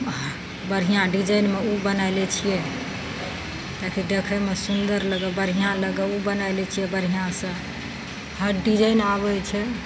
बढ़िआँ डिजाइनमे उ बनाय लै छियै ताकि देखयमे सुन्दर लगय बढ़िआँ लगय उ बनाय लै छियै बढ़िआँ सँ हर डिजाइन आबय छै